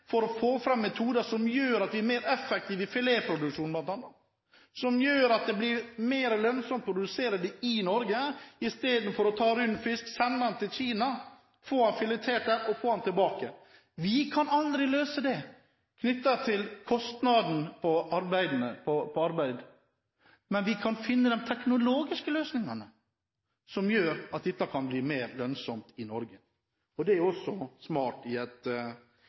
for å få fram metoder som gjør at vi er mer effektive i filetproduksjonen bl.a., som gjør at det blir mer lønnsomt å produsere dette i Norge, istedenfor å ta opp fisk, sende den til Kina, få den filetert der og få den tilbake. Vi kan aldri løse det som er knyttet til kostnaden på arbeid, men vi kan finne de teknologiske løsningene som gjør at dette kan bli mer lønnsomt i Norge. Det er også smart i et